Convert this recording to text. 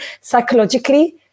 psychologically